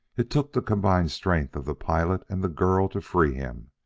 it took the combined strength of the pilot and the girl to free him,